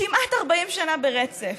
כמעט 40 שנה ברצף,